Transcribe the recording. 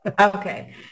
Okay